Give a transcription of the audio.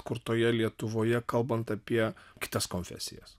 atkurtoje lietuvoje kalbant apie kitas konfesijas